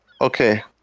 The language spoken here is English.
okay